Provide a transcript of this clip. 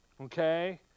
okay